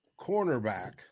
cornerback